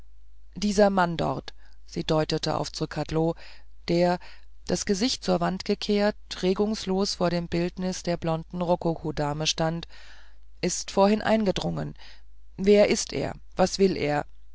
dieser mann dort sie deutete auf zrcadlo der das gesicht zur wand gekehrt regungslos vor dem bildnis der blonden rokokodame stand ist vorhin eingedrungen wer ist er was will er